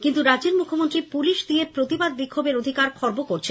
কিন্তু রাজ্যের মুখ্যমন্ত্রী পুলিশ দিয়ে প্রতিবাদ বিক্ষোভের অধিকার খর্ব করছেন